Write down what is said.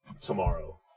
tomorrow